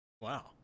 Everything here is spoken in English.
Wow